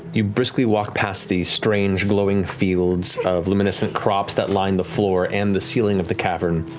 you briskly walk past the strange, glowing fields of luminescent crops that line the floor and the ceiling of the cavern,